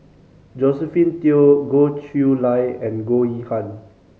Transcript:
Josephine Teo Goh Chiew Lye and Goh Yihan